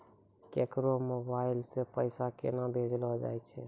केकरो मोबाइल सऽ पैसा केनक भेजलो जाय छै?